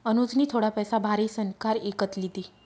अनुजनी थोडा पैसा भारीसन कार इकत लिदी